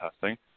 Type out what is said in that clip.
testing